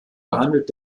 behandelt